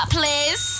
please